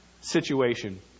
situation